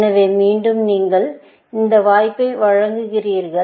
எனவே மீண்டும் நீங்கள் இந்த வாய்ப்பை வழங்குகிறீர்கள்